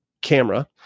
camera